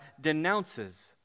denounces